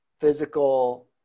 physical